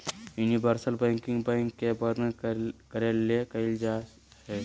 universal banking bank के वर्णन करे ले कइल जा हइ